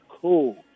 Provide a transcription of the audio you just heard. cool